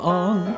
on